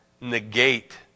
negate